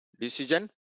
Decision